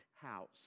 house